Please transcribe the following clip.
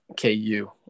KU